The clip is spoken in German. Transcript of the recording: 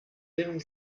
den